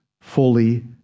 fully